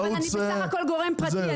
אבל אני בסך הכול גורם פרטי,